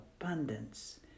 abundance